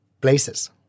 places